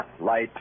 light